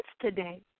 today